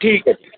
ठीक आहे